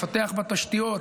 לפתח בה תשתיות,